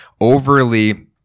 overly